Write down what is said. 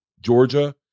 Georgia